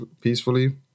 peacefully